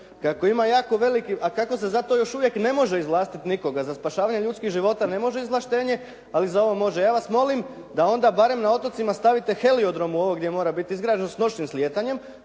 Kako ima jako velikih, a kako se za to još uvijek ne može izvlastiti nikoga za spašavanje ljudskih života ne može izvlaštenje, ali za ovo može. Ja vas molim da onda barem na otocima stavite heliodorom u ovo gdje mora biti izgrađeno s noćnim slijetanjem,